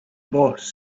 boss